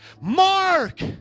Mark